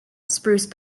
spruce